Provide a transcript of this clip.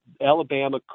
Alabama